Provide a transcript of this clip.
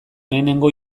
lehenengo